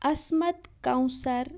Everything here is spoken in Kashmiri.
اَصمَت کَوثَر